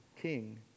king